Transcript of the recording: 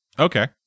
okay